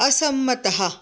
असम्मतः